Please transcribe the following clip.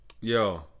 Yo